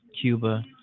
Cuba